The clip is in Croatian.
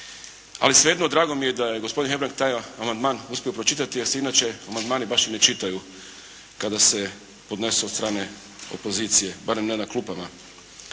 Ali svejedno drago mi je da je gospodin Hebrang taj amandman uspio pročitati, jer se inače amandmani baš i ne čitaju kada se podnesu od strane opozicije, barem ne na klupama,